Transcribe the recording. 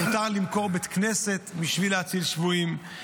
מותר למכור בית כנסת בשביל להציל שבויים.